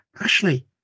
Ashley